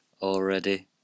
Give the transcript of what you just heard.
already